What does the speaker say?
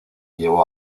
llevó